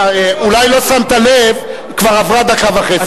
אולי לא שמת לב, כבר עברו דקה וחצי גם.